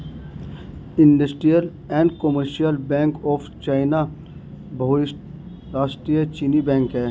industrial and commercial bank of China बहुराष्ट्रीय चीनी bank है